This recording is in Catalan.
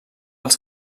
als